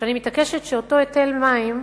שאני מתעקשת שאותו היטל מים,